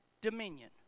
dominion